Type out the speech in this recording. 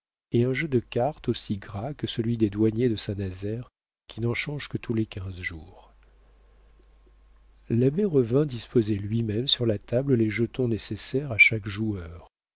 et un jeu de cartes aussi gras que celui des douaniers de saint-nazaire qui n'en changent que tous les quinze jours l'abbé revint disposer lui-même sur la table les jetons nécessaires à chaque joueur